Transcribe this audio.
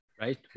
Right